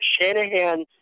Shanahan